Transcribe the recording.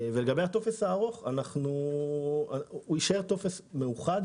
לגבי הטופס הארוך, הוא יישאר טופס מאוחד